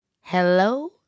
hello